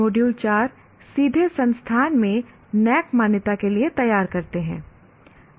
module 4 सीधे संस्थान में NAAC मान्यता के लिए तैयार करते हैं